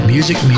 Music